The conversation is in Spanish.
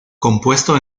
compuesto